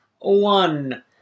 One